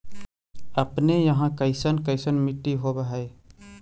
अपने यहाँ कैसन कैसन मिट्टी होब है?